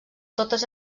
totes